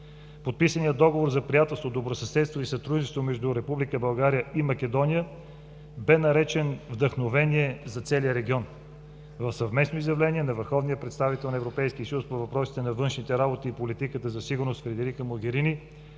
Подписаният Договор за приятелство, добросъседство и сътрудничество между Република България и Македония бе наречен „вдъхновение за целия регион“ в съвместно изявление на върховния представител на Европейския съюз по въпросите на външните работи и политиката за сигурност Федерика Могерини